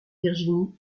virginie